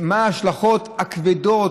מה ההשלכות הכבדות